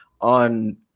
on